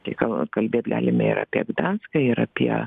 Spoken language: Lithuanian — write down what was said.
tai kal kalbėt galime ir apie gdanską ir apie